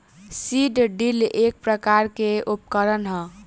seed drill एक प्रकार के उकरण ह